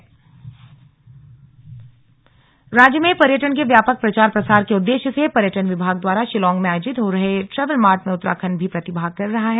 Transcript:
Travel Mart राज्य में पर्यटन के व्यापक प्रचार प्रसार के उद्देश्य से पर्यटन विभाग द्वारा शिलांग में आयोजित हो रहे ट्रैवलमार्ट में उत्तराखण्ड भी प्रतिभाग कर रहा है